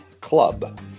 club